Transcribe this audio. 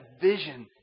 vision